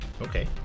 Okay